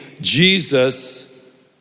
Jesus